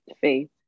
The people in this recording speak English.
faith